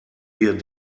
wir